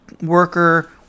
worker